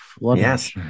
Yes